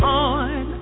on